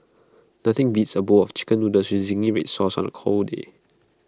nothing beats A bowl of Chicken Noodles with Zingy Red Sauce on A cold day